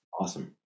Awesome